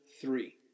three